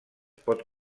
pot